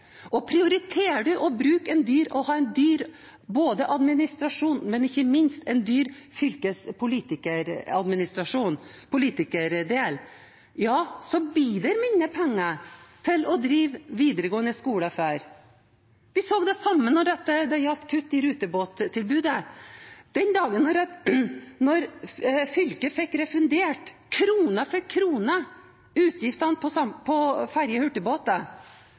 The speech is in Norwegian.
vi prioriterer. Prioriterer man å ha en dyr administrasjon, og ikke minst en dyr fylkespolitikeradministrasjon, politikerdel – ja, så blir det mindre penger til å drive videregående skoler for. Vi så det samme når det gjaldt kutt i rutebåttilbudet. Den dagen da fylket fikk refundert – krone for krone – utgiftene til ferjer og hurtigbåter,